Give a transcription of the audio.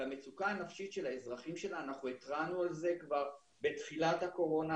על המצוקה הנפשית של האזרחים שלה התרענו כבר בתחילת הקורונה.